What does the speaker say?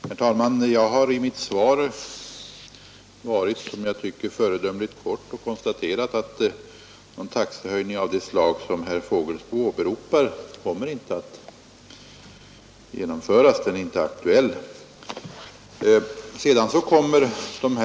Herr talman! Jag har i mitt svar varit som jag tycker föredömligt kort och konstaterat att någon taxehöjning av det slag som herr Fågelsbo åberopar kommer inte att genomföras — den är inte aktuell.